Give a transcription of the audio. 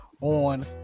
On